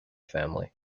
family